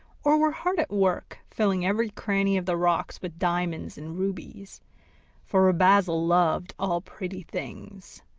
or were hard at work filling every cranny of the rocks with diamonds and rubies for rubezahl loved all pretty things.